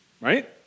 right